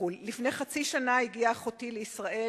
לפני חצי שנה הגיעה אחותי לישראל,